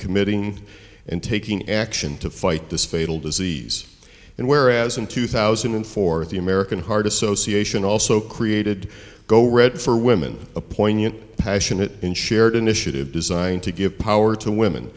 committing and taking action to fight this fatal disease and whereas in two thousand and four the american heart association also created go red for women a poignant passionate and shared initiative designed to give power to women